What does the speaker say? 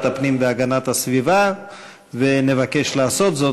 הפנים והגנת הסביבה ונבקש לעשות זאת,